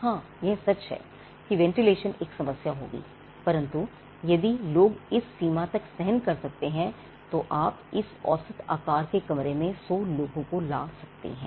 हां यह सच है कि वेंटिलेशन एक समस्या होगी परंतु यदि लोग इस सीमा तक सहन कर सकते हैं तो आप इस औसत आकार के कमरे में 100 लोगों को ला सकते हैं